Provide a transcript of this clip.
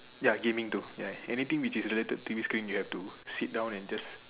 ya gaming too ya anything which is related to T_V screen you have to sit down and just